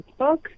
Facebook